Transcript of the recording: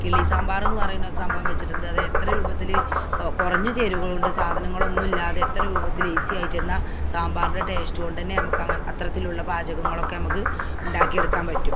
കിള്ളി സാമ്പാറെന്നു പറയുന്ന ഒരു സംഭവം വെച്ചിട്ടുണ്ട് അത് എത്ര രൂപത്തിൽ കൊ കുറഞ്ഞ ചേരുവ കൊണ്ട് സാധനങ്ങളൊന്നും ഇല്ലാതെ എത്ര രൂപത്തിൽ ഈസി ആയിട്ട് എന്നാൽ സാമ്പാറിൻ്റെ ടേസ്റ്റ് കൊണ്ടു തന്നെ ഞമ്മക്ക് അത്തരത്തിലുള്ള പാചകങ്ങളൊക്കെ നമുക്ക് ഉണ്ടാക്കി എടുക്കാൻ പറ്റും